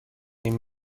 این